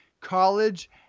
college